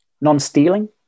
Non-stealing